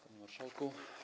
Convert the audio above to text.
Panie Marszałku!